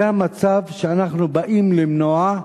זה מצב שאנחנו באים למנוע,